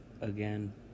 again